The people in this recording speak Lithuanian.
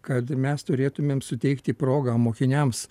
kad mes turėtumėm suteikti progą mokiniams